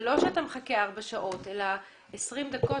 כשאתה לא מחכה ארבע שעות אלא 20 דקות,